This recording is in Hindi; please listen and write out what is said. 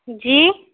जी